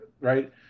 right